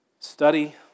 Study